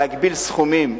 להגביל סכומים,